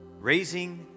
Raising